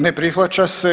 Ne prihvaća se.